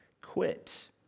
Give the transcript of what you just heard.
quit